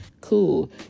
cool